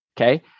okay